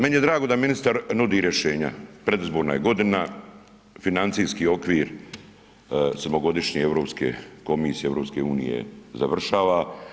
Meni je drago da ministar nudi rješenja, predizborna je godina, financijski okvir zbog godišnje Europske komisije EU završava.